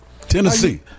Tennessee